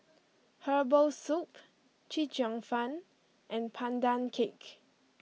Herbal Soup Chee Cheong Fun and Pandan Cake